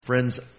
Friends